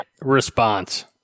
response